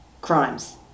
crimes